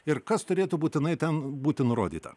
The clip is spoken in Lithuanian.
ir kas turėtų būtinai ten būti nurodyta